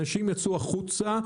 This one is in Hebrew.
אנשים יצאו החוצה,